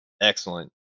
Excellent